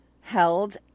held